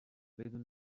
بدون